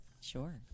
Sure